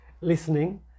listening